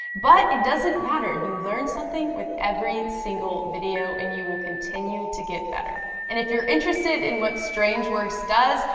but it doesn't matter, you learn something with every single video and you will continue to get better. and if you're interested in what strange works does,